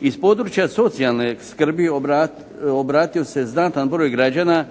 Iz područja socijalne skrbi obratio se znatan broj građana